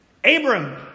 Abram